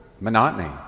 monotony